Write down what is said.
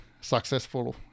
successful